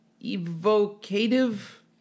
Evocative